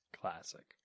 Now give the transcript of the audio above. Classic